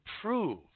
prove